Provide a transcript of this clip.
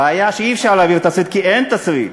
הבעיה שאי-אפשר להעביר תסריט כי אין תסריט.